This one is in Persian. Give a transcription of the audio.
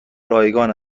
رایگان